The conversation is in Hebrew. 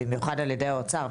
במיוחד על ידי האוצר.